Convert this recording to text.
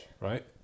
right